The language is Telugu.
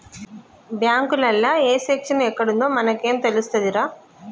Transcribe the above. బాంకులల్ల ఏ సెక్షను ఎక్కడుందో మనకేం తెలుస్తదిరా